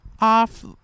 off